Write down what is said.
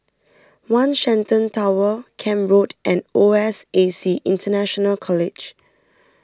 one Shenton Tower Camp Road and O S A C International College